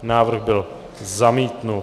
Návrh byl zamítnut.